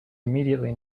immediately